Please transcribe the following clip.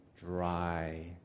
dry